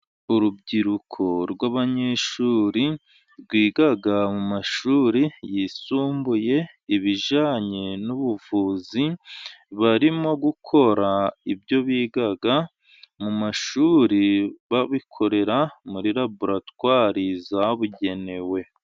Urubyiruko rw'abanyeshuri rwiga mu mashuri yisumbuye ibijyanye n'ubuvuzi, bari gukora ibyo biga mu mashuri babikorera muri laboratwari zabugenewe.